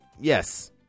Yes